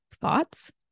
thoughts